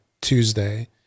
Tuesday